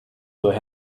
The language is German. durch